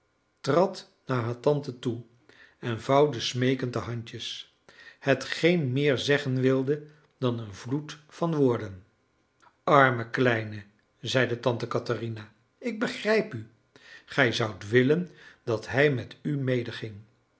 trad naar haar tante toe en vouwde smeekend de handjes hetgeen meer zeggen wilde dan een vloed van woorden arme kleine zeide tante katherina ik begrijp u gij zoudt willen dat hij met u medeging